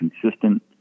consistent